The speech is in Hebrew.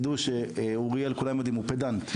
כולם יודעים שאוריאל הוא פדנט.